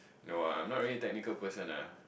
no ah I'm not really a technical person ah